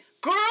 Girl